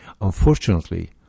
Unfortunately